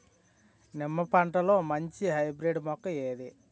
నిమ్మ పంటలో మంచి హైబ్రిడ్ మొక్క ఏది?